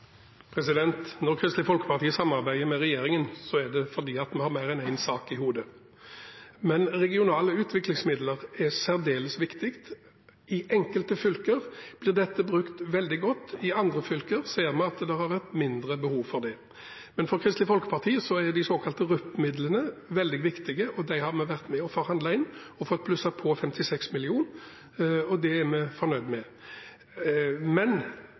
Når Kristelig Folkeparti samarbeider med regjeringen, er det fordi vi har mer enn én sak i hodet. Regionale utviklingsmidler er særdeles viktig. I enkelte fylker blir dette brukt veldig godt, i andre fylker ser vi at det har vært mindre behov for dem. For Kristelig Folkeparti er de såkalte RUP-midlene veldig viktige. Disse har vi vært med og forhandlet inn og fått plusset på 56 mill. kr, og det er vi fornøyd med. Men